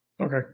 Okay